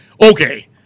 okay